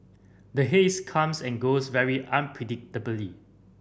the haze comes and goes very unpredictably